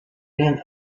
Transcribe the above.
ben